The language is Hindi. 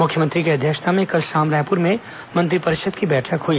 मुख्यमंत्री की अध्यक्षता में कल शाम रायपुर में मंत्रिपरिषद की बैठक हुई